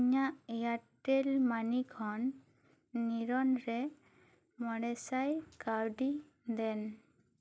ᱤᱧᱟ ᱜ ᱮᱭᱟᱨᱴᱮᱞ ᱢᱟᱹᱱᱤ ᱠᱷᱚᱱ ᱱᱤᱨᱚᱱ ᱨᱮ ᱢᱚᱬᱮᱥᱟᱭ ᱠᱟᱹᱣᱰᱤ ᱫᱮᱱ